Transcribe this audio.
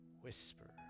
whisper